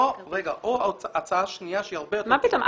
מה פתאום?